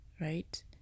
right